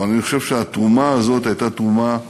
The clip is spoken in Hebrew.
אבל אני חושב שהתרומה הזאת הייתה תרומה מיוחדת,